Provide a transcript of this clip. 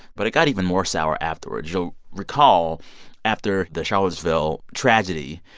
but it got even more sour afterwards. you'll recall after the charlottesville tragedy,